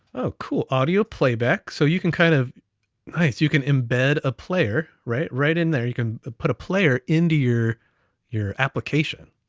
oh, cool, audio playback. so you can kind of nice, you can embed a player right in in there. you can put a player into your your application,